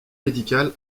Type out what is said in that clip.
médical